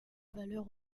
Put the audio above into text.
valeurs